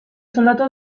soldata